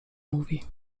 mówi